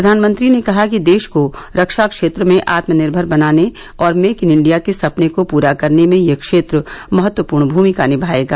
प्रधानमंत्री ने कहा कि देश को रक्षा क्षेत्र में आत्मनिर्भर बनाने और मेक इन इंडिया के सपने को पूरा करने में यह क्षेत्र महत्वपूर्ण भूमिका निमाएगा